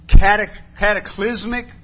Cataclysmic